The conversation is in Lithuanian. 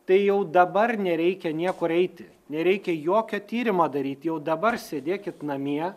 tai jau dabar nereikia niekur eiti nereikia jokio tyrimo daryt jau dabar sėdėkit namie